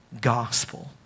gospel